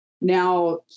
Now